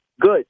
Good